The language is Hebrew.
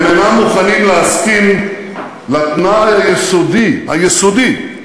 הם אינם מוכנים להסכים לתנאי היסודי, היסודי,